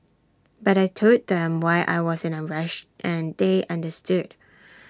but I Told them why I was in A rush and they understood